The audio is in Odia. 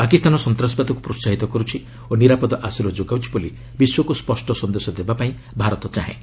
ପାକିସ୍ତାନ ସନ୍ତାସବାଦକୁ ପ୍ରୋହାହିତ କରୁଛି ଓ ନିରାପଦ ଆଶ୍ରୟ ଯୋଗାଉଛି ବୋଲି ବିଶ୍ୱକୁ ସ୍ୱଷ୍ଟ ସନ୍ଦେଶ ଦେବାପାଇଁ ଭାରତ ଚାହେଁ